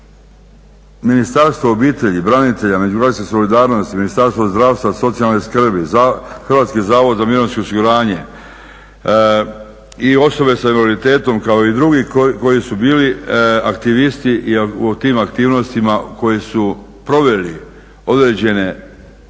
Ministarstvo obitelji, branitelja, međugeneracijske solidarnosti, Ministarstva zdravstva, socijalne skrbi, Hrvatski zavod za mirovinsko osiguranje i osobe sa invaliditetom kao i drugih koji su bili aktivisti i u tim aktivnostima koje su proveli određene probne